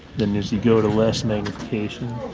then as you go to less magnification.